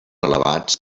elevats